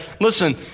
listen